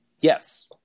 yes